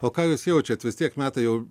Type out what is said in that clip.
o ką jūs jaučiat vis tiek metai jau